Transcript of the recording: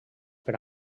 per